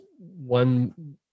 one